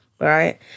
Right